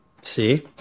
See